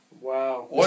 Wow